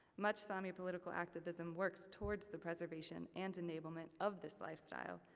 much sami political activism works towards the preservation and enablement of this lifestyle,